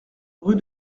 rue